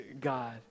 God